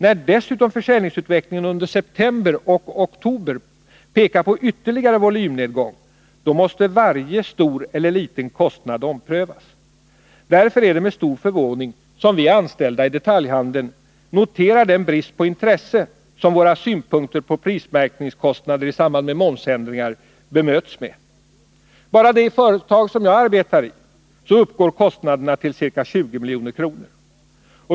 När dessutom försäljningsutvecklingen under september-oktober pekar på ytterligare volymnedgång, måste varje kostnad, stor eller liten, omprövas. Därför är det med stor förvåning som vi anställda i detaljhandeln noterar den brist på intresse som våra synpunkter på prismärkningskostnader i samband med momsändringar bemöts med. Bara i det företag där jag arbetar uppgår dessa kostnader till ca 20 milj.kr.